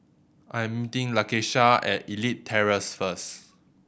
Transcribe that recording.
I'm meeting Lakeisha at Elite Terrace first